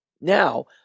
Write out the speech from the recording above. Now